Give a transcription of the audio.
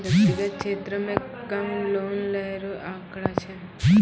व्यक्तिगत क्षेत्रो म कम लोन लै रो आंकड़ा छै